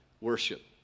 worship